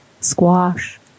squash